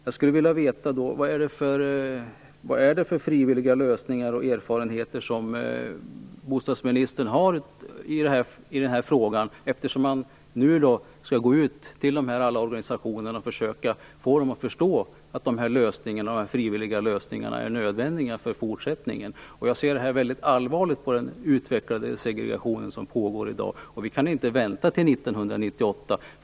Jag skulle vilja veta vilka frivilliga lösningar och erfarenheter som bostadsministern har i denna fråga, eftersom man nu skall gå ut till alla dessa organisationer och försöka få dem att förstå att de frivilliga lösningarna är nödvändiga för fortsättningen. Jag ser väldigt allvarligt på den utvecklade segregation som pågår i dag. Vi kan inte vänta till 1998.